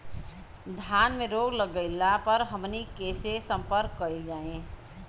धान में रोग लग गईला पर हमनी के से संपर्क कईल जाई?